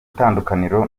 itandukaniro